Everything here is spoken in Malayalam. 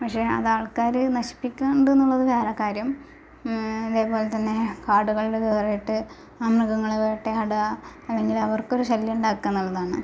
പക്ഷേ അത് ആൾക്കാർ നശിപ്പിക്കുന്നുണ്ട് എന്നുള്ളത് വേറെ കാര്യം അതേപോലെ തന്നെ കാടുകൾ കയറിയിട്ട് മൃഗങ്ങളെ വേട്ടയാടുക അല്ലെങ്കിൽ അവർക്കൊരു ശല്യം ഉണ്ടാക്കുക എന്നുള്ളതാണ്